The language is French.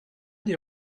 des